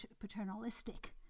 paternalistic